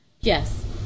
Yes